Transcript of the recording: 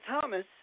Thomas